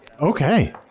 Okay